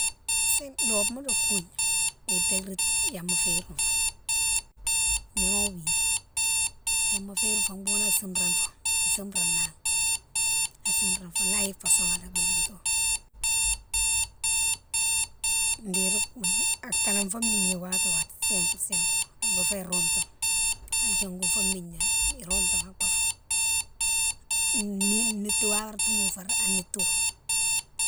Sighe lobema di kougna ibarkati gnama férine fone, agnama wiguine, gnama férine fone boune asimrane fo, simrana ni, asimrane fone, la yike son ala barkito. Dérine kougne, atalan fo migna wato wati sempre sempre, boufo romtouma a diongoufo migna, romtouma aboufo, niti watima foure a nitiyo.